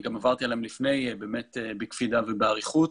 אני גם עברתי עליהם לפני כן באמת בקפידה ובאריכות.